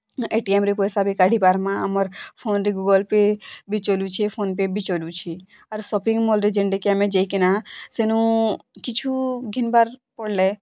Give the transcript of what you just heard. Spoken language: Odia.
ଏଟିଏମ୍ରୁ ପଇସା ବି କାଢ଼ି ପାର୍ମାଁ ଆମର୍ ଫୋନ୍ରେ ଗୁଗୁଲ୍ ପେ ବି ଚଲୁଛେ ଫୋନ୍ପେ ବି ଚଲୁଛେ ଆର୍ ସପିଂ ମଲ୍ରେ ଯେନ୍ଟା କି ଆମେ ଯେଇକିନା ସେନୁ କିଛୁ ଘିନିବାର୍ ପଡ଼୍ଲେ